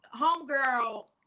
homegirl